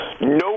no